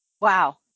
Wow